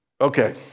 okay